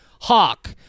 Hawk